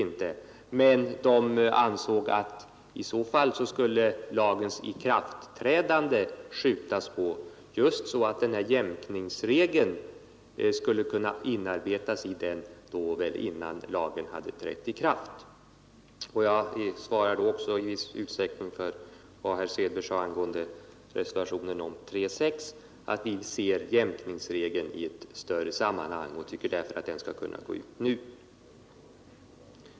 Men lagrådet ansåg att man i så fall skulle skjuta på lagens ikraftträdande så att jämkningsregeln skulle kunna inarbetas i lagen innan den trädde i kraft. Med det har jag också i viss utsträckning svarat på vad herr Svedberg sade angående reservationen om 3 kap. 68 — nämligen att vi ser jämkningsregeln i ett större sammanhang och därför tycker att den nu skulle kunna utgå.